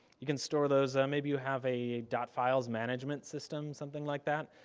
you can store those. maybe you have a dotfiles management system, something like that.